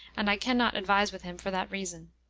and i can not advise with him for that reason.